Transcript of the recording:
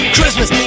Christmas